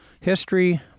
history